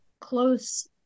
close